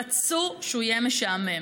רצו שהוא יהיה משעמם.